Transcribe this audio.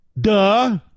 Duh